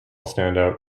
standout